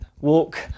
walk